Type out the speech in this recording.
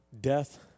death